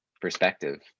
perspective